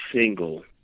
single